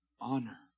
honor